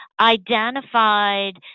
identified